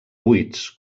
buits